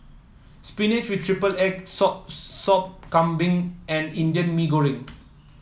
spinach with triple egg sop Sop Kambing and Indian Mee Goreng